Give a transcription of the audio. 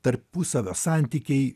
tarpusavio santykiai